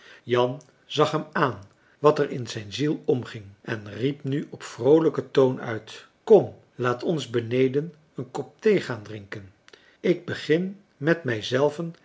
jan zag hem aan wat er in zijn ziel omging en riep nu op vroolijken toon uit kom laat ons beneden een kop thee gaan drinken ik begin met mijzelven